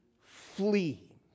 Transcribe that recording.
flee